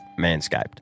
Manscaped